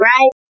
Right